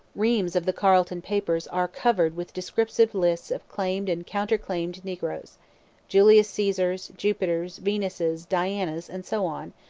reams of the carleton papers are covered with descriptive lists of claimed and counter-claimed niggers julius caesars, jupiters, venuses, dianas, and so on,